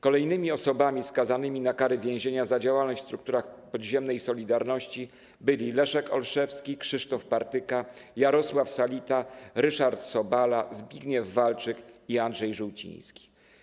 Kolejnymi osobami skazanymi na kary więzienia za działalność w strukturach podziemnej „Solidarności” byli Leszek Olszewski, Krzysztof Partyka, Jarosław Salita, Ryszard Sobala, Zbigniew Walczyk i Andrzej Żółciński.